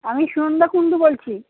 আমি সন্ধ্যা কুন্ডু বলছি